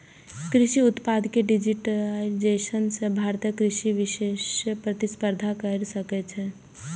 कृषि उत्पाद के डिजिटाइजेशन सं भारतीय कृषि वैश्विक प्रतिस्पर्धा कैर सकै छै